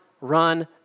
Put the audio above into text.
run